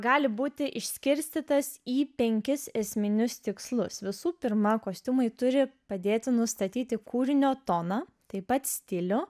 gali būti išskirstytas į penkis esminius tikslus visų pirma kostiumai turi padėti nustatyti kūrinio toną taip pat stilių